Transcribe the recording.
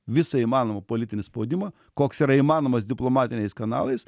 visą įmanomą politinį spaudimą koks yra įmanomas diplomatiniais kanalais